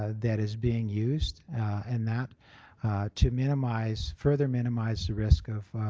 ah that is being used and that to minimize, further minimize, the risk of